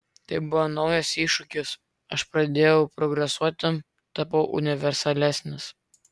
tai buvo naujas iššūkis aš pradėjau progresuoti tapau universalesnis